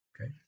Okay